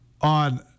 on